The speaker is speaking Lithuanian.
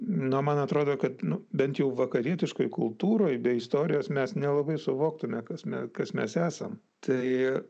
na man atrodo kad nu bent jau vakarietiškoj kultūroj be istorijos mes nelabai suvoktume kas mes kas mes esam tai